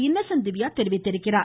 Innocent Divya தெரிவித்துள்ளார்